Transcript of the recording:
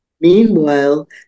meanwhile